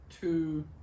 two